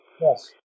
Yes